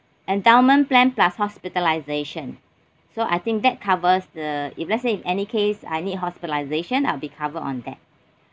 endowment plan plus hospitalization so I think that covers the if let's say in any case I need hospitalization I'll be covered on that